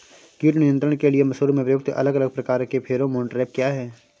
कीट नियंत्रण के लिए मसूर में प्रयुक्त अलग अलग प्रकार के फेरोमोन ट्रैप क्या है?